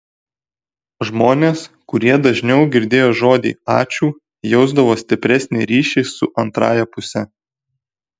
žmonės kurie dažniau girdėjo žodį ačiū jausdavo stipresnį ryšį su antrąja puse